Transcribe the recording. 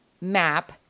map